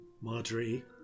Marjorie